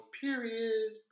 period